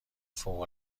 فوق